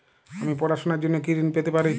আমি পড়াশুনার জন্য কি ঋন পেতে পারি?